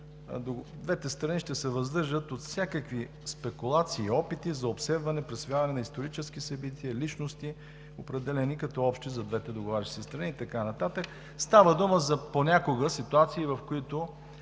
двете страни ще се въздържат от всякакви спекулации, опити за обсебване, присвояване на исторически събития, личности, определяни като общи за двете договарящи се страни и така нататък. Става дума понякога за ситуации, в които